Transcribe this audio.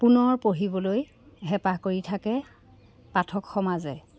পুনৰ পঢ়িবলৈ হেঁপাহ কৰি থাকে পাঠক সমাজে